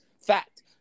Fact